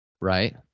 Right